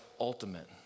ultimate